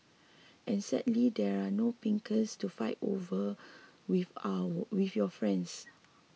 and sadly there are no pincers to fight over with our with your friends